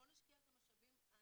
בואו נשקיע את המשאבים הנדרשים,